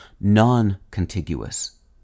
non-contiguous